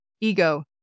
ego